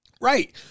right